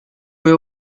fue